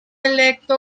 electo